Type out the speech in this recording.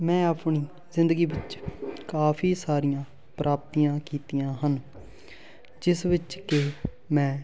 ਮੈਂ ਆਪਣੀ ਜ਼ਿੰਦਗੀ ਵਿੱਚ ਕਾਫ਼ੀ ਸਾਰੀਆਂ ਪ੍ਰਾਪਤੀਆਂ ਕੀਤੀਆਂ ਹਨ ਜਿਸ ਵਿੱਚ ਕਿ ਮੈਂ